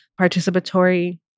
participatory